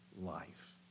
life